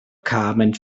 carmen